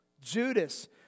Judas